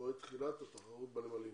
מועד תחילת התחרות בנמלים.